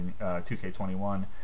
2K21